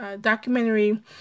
documentary